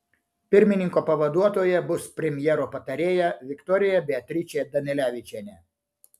pirmininko pavaduotoja bus premjero patarėja viktorija beatričė danilevičienė